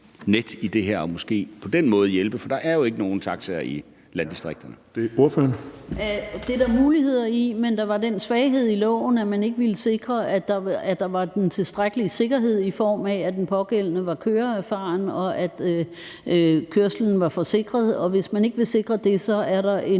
net i det her og måske på den måde hjælpe? For der er jo ikke nogen taxaer i landdistrikterne. Kl. 18:39 Den fg. formand (Erling Bonnesen): Ordføreren. Kl. 18:39 Jette Gottlieb (EL): Det er der muligheder i, men der var den svaghed i lovforslaget, at man ikke ville sikre, at der var den tilstrækkelige sikkerhed, i form af at den pågældende var køreerfaren, og at kørslen var forsikret. Hvis man ikke vil sikre det, er der en